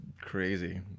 crazy